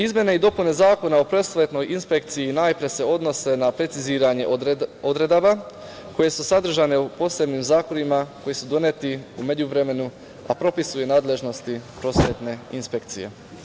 Izmene i dopune Zakona o prosvetnoj inspekciji najpre se odnose na preciziranje odredaba koje su sadržane u posebnim zakonima koji su doneti u međuvremenu, a propisuju nadležnosti prosvetne inspekcije.